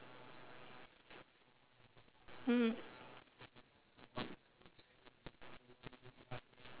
mm